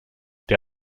der